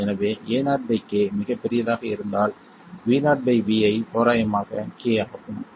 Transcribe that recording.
எனவே Aok மிகப் பெரியதாக இருந்தால் VoVi தோராயமாக k ஆகும்